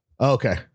Okay